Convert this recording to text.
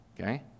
Okay